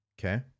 Okay